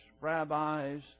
rabbis